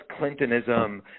Clintonism